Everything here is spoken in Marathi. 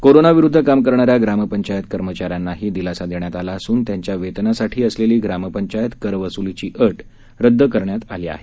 कोरोनाविरुद्ध काम करणाऱ्या ग्रामपंचायत कर्मचाऱ्यांनाही दिलासा देण्यात आला असून त्यांच्या वेतनासाठी असलेली ग्रामपंचायत करवसुलीची अट रद्द करण्यात आली आहे